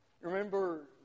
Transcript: Remember